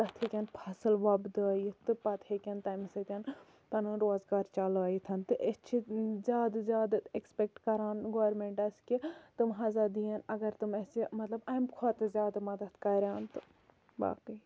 تتھ ہیٚکَن فصل وۄبدٲوِتھ تہٕ پَتہٕ ہیٚکَن تمہِ سۭتۍ پَنُن روزگار چَلٲیِتھ تہٕ أسۍ چھِ زیادٕ زیادٕ ایٚکسپیٚکٹ کَران گورمنٹَس کہِ تِم ہَسا دِیِن اگر تِم اَسہِ امہ کھۄتہ زیادٕ مَدَد کَرَن تہٕ باقی